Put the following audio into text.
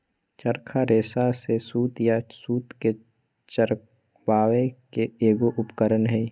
चरखा रेशा से सूत या सूत के चरावय के एगो उपकरण हइ